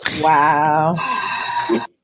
Wow